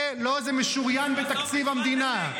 לא, זה משוריין בתקציב המדינה.